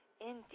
Indeed